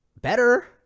better